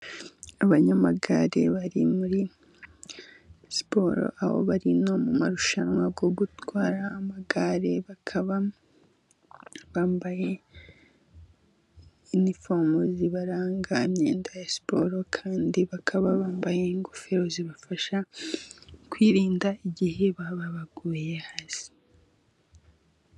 Abanyamagare bari muri siporo aho bari no mu marushanwa yo gutwara amagare, bakaba bambaye inifomu zibaranga, imyenda ya siporo, kandi bakaba bambaye ingofero zibafasha kwirinda, igihe baba baguye hasi.